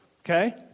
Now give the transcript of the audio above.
Okay